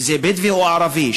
אם בדואי או ערבי,